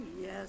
yes